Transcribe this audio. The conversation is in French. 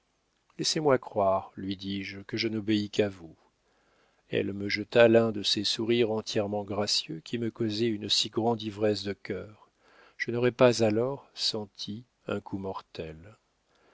laissez-moi croire lui dis-je que je n'obéis qu'à vous elle me jeta l'un de ces sourires entièrement gracieux qui me causaient une si grande ivresse de cœur que je n'aurais pas alors senti un coup mortel